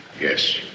Yes